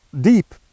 deep